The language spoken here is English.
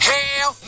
Hell